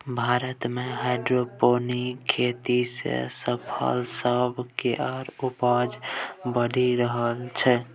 भारत मे हाइड्रोपोनिक खेती सँ फसल सब केर उपजा बढ़ि रहल छै